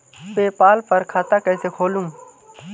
PayPal पर खाता कैसे खोलें?